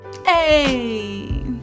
hey